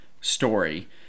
story